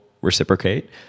reciprocate